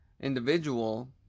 individual